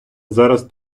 зараз